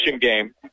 game